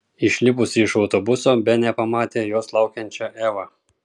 išlipusi iš autobuso benė pamatė jos laukiančią evą